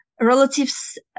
relatives